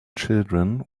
children